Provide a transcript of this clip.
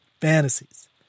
fantasies